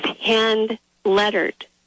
hand-lettered